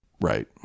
Right